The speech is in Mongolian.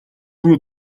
рүү